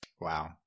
Wow